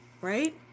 Right